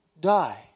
die